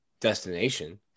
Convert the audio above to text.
destination